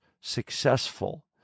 successful